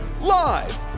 Live